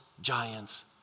giants